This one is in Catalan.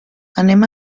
anem